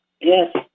Yes